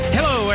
Hello